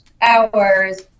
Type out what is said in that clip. hours